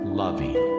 loving